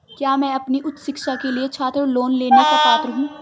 क्या मैं अपनी उच्च शिक्षा के लिए छात्र लोन लेने का पात्र हूँ?